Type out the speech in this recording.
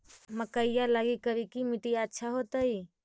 मकईया लगी करिकी मिट्टियां अच्छा होतई